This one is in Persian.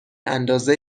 اندازه